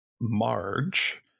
marge